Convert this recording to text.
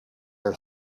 air